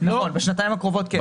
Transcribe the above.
בשנתיים הקרובות, כן.